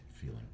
feeling